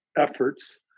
efforts